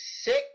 six